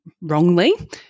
wrongly